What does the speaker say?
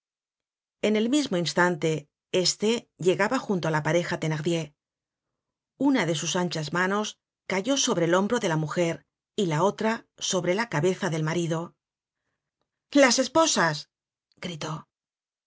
en el mismo instante éste llegaba junto á la pareja thenardier una de sus anchas manos cayó sobre el hombro de la mujer y la otra sobre la cabeza del marido las esposas gritó